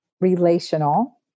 relational